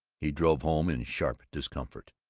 he drove home in sharp discomfort.